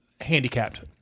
handicapped